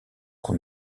qu’on